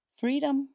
freedom